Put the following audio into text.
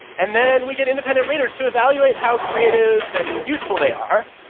and then we get independent readers to evaluate how creative and useful they are.